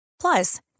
Plus